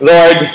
Lord